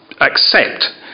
accept